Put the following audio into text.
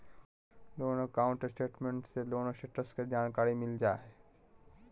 loan account statement से loan status के जानकारी मिल जा हय